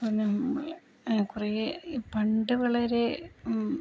കുറേ ഈ പണ്ട് വളരെ